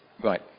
Right